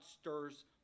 stirs